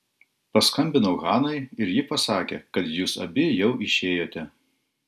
paskambinau hanai ir ji pasakė kad jūs abi jau išėjote